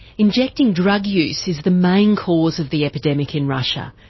injecting drug use is the main cause of the epidemic in russia.